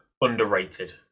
underrated